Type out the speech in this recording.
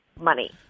money